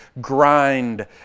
grind